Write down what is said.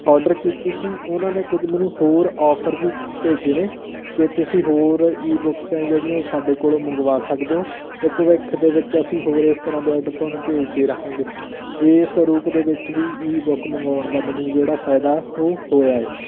order ਕੀਤੀ ਸੀ ਉਹਨਾਂ ਨੇ ਕੁਝ ਮੈਨੂੰ ਹੋਰ ਅੋਫਰ ਵੀ ਭੇਜੇ ਨੇ ਕਿ ਤੁਸੀਂ ਹੋਰ ਈ ਬੁੱਕਸ ਹੈ ਜਿਹੜੀਆਂ ਉਹ ਸਾਡੇ ਕੋਲੋਂ ਮੰਗਵਾ ਸਕਦੇ ਓਂ ਅਤੇ ਭਵਿੱਖ ਦੇ ਵਿੱਚ ਅਸੀਂ ਹੋਰ ਇਸ ਤਰ੍ਹਾਂ ਦੇ ਔਡਰ ਤੁਹਾਨੂੰ ਭੇਜਦੇ ਰਹਾਂਗੇ ਇਸ ਰੂਪ ਦੇ ਵਿੱਚ ਵੀ ਈ ਬੁੱਕ ਮੰਗਵਾਉਣ ਦਾ ਮੈਨੂੰ ਜਿਹੜਾ ਫਾਇਦਾ ਉਹ ਹੋਇਆ ਏ